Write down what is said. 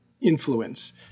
influence